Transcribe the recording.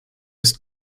ist